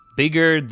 bigger